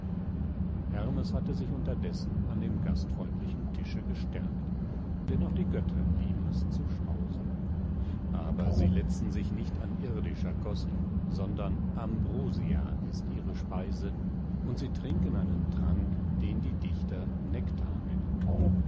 hermes hatte sich unterdessen an dem gastfreundlichen tische gestärkt denn auch die götter lieben es zu schmausen aber sie letzen sich nicht an irdischer kost sondern ambrosia ist ihre speise und sie trinken einen trank den die dichter nektar nennen